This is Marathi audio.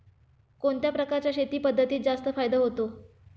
कोणत्या प्रकारच्या शेती पद्धतीत जास्त फायदा होतो?